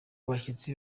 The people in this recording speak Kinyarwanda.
bashyitsi